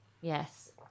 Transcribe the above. Yes